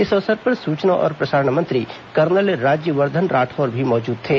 इस अवसर पर सूचना और प्रसारण मंत्री कर्नल राज्यवर्धन राठौड़ भी मौजूद थे